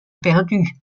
perdu